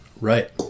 right